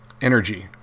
energy